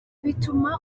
bituma